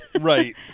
Right